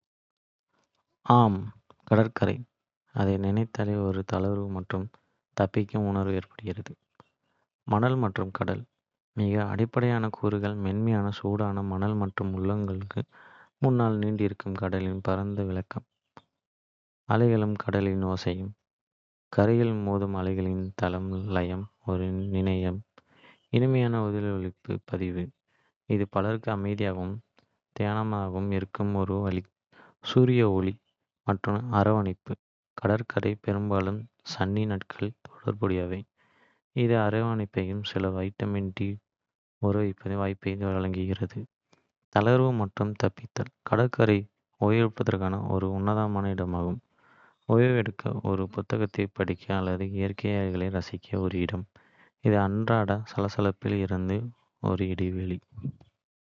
ஆ, கடற்கரை! அதை நினைத்தாலே ஒரு தளர்வு மற்றும் தப்பிக்கும் உணர்வு ஏற்படுகிறது. நினைவுக்கு வருவது இங்கே. மணல் மற்றும் கடல் மிக அடிப்படையான கூறுகள் மென்மையான, சூடான மணல் மற்றும் உங்களுக்கு முன்னால் நீண்டிருக்கும் கடலின் பரந்த விரிவாக்கம். அலைகளும் கடலின் ஓசையும் கரையில் மோதும் அலைகளின் தாள லயம் ஒரு நிலையான, இனிமையான ஒலிப்பதிவு. இது பலருக்கு அமைதியாகவும் தியானமாகவும் இருக்கும் ஒரு ஒலி. சூரிய ஒளி மற்றும் அரவணைப்பு கடற்கரைகள் பெரும்பாலும் சன்னி நாட்களுடன் தொடர்புடையவை, இது அரவணைப்பையும் சில வைட்டமின் டி ஊறவைக்கும் வாய்ப்பையும் வழங்குகிறது. தளர்வு மற்றும் தப்பித்தல் கடற்கரை ஓய்வெடுப்பதற்கான ஒரு உன்னதமான இடமாகும், ஓய்வெடுக்க, ஒரு புத்தகத்தைப் படிக்க அல்லது இயற்கைக்காட்சிகளை ரசிக்க ஒரு இடம். இது அன்றாட சலசலப்பில் இருந்து ஒரு இடைவெளி. குளிர்ந்த காற்று மற்றும் உப்பு காற்று புத்துணர்ச்சியூட்டும் கடல் காற்று உப்பு மற்றும் கடலின் வாசனையைக் கொண்டு, ஒரு தனித்துவமான மற்றும் உற்சாகமான சூழ்நிலையை உருவாக்குகிறது.